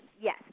Yes